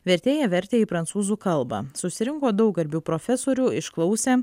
vertėja vertė į prancūzų kalbą susirinko daug garbių profesorių išklausė